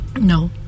No